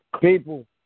People